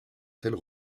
telle